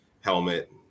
helmet